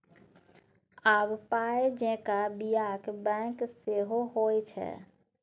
आब पाय जेंका बियाक बैंक सेहो होए छै